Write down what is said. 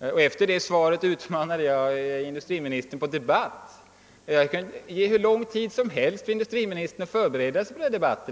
Efter det svaret utmanade jag industriministern på debatt. Jag kan ge industriministern hur lång tid som helst att förbereda sig för den debatten.